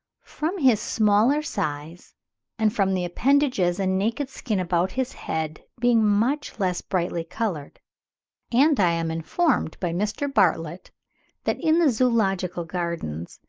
from his smaller size and from the appendages and naked skin about his head being much less brightly coloured and i am informed by mr. bartlett that in the zoological gardens,